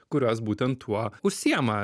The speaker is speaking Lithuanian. kurios būtent tuo užsiima